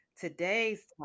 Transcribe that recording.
Today's